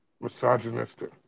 Misogynistic